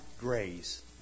grace